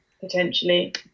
potentially